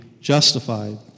justified